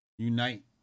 Unite